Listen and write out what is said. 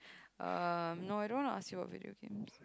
um no I don't wanna ask you about video games